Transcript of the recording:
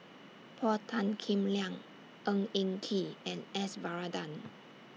Paul Tan Kim Liang Ng Eng Kee and S Varathan